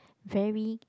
very